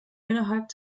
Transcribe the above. innerhalb